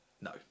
no